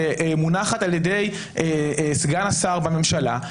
שמונחת על-ידי סגן השר בממשלה.